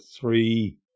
three